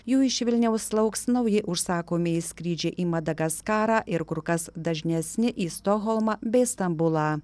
jų iš vilniaus lauks nauji užsakomieji skrydžiai į madagaskarą ir kur kas dažnesni į stokholmą bei stambulą